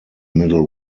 middle